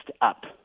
up